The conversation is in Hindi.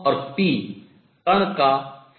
और p कण का संवेग है